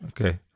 Okay